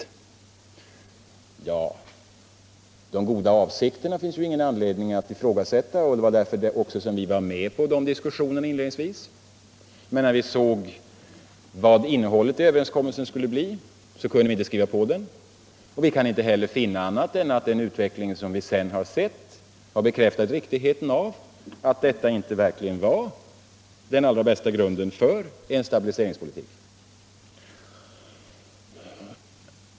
Ja, de goda avsikterna finns det väl ingen anledning ifrågasätta, och det var också därför som vi var med på diskussionerna inledningsvis, men när vi sedan såg vad innehållet i överenskommelsen skulle bli kunde vi inte skriva på den. Vi kan inte heller finna annat än att utvecklingen sedan har bekräftat riktigheten av att detta verkligen inte var den allra bästa grunden för en stabiliseringspolitik.